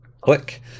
Click